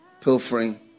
pilfering